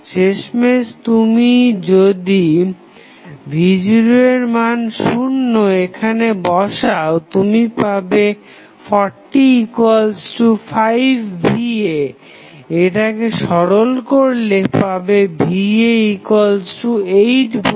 শেষমেশ যদি তুমি v0 এর মান শুন্য এখানে বসাও তুমি পাবে 405va এটাকে সরল করলে পাবে va8V